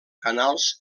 canals